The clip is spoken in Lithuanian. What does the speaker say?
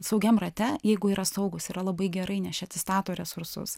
saugiam rate jeigu yra saugūs yra labai gerai nes čia atsistato resursus